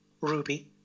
Ruby